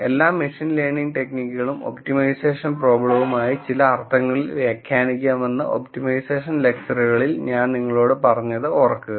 എല്ലാ machine learning ടെക്നിക്കുകളും optimisation പ്രോബ്ലമായി ചില അർത്ഥങ്ങളിൽ വ്യാഖ്യാനിക്കാമെന്ന് ഒപ്റ്റിമൈസേഷൻ ലെക്ചറുകളിൽ ഞാൻ നിങ്ങളോട് പറഞ്ഞത് ഓർക്കുക